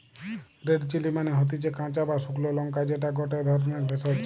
red chilli মানে হতিছে কাঁচা বা শুকলো লঙ্কা যেটা গটে ধরণের ভেষজ